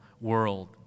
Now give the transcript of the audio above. world